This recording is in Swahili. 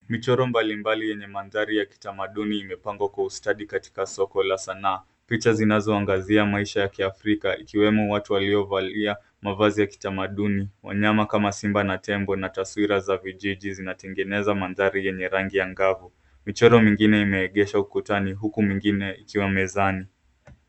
Michoro mbalimbali yenye mandhari ya kitamaduni imepangwa kwa ustadi katika soko la sanaa. Picha zinazoangazia maisha ya kiafrika ikiwemo watu waliovalia mavazi ya kitamaduni, wanyama kama simba na tembo na taswira za vijiji zinatingeneza mandhari yenye rangi angavu. Michoro mengine imeegeshwa ukutani huku mengine ikiwa mezani.